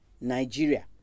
Nigeria